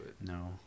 no